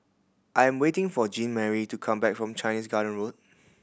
I am waiting for Jeanmarie to come back from Chinese Garden Road